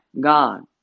God